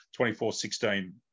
24-16